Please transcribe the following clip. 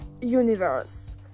universe